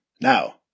Now